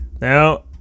Now